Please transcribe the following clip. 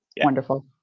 Wonderful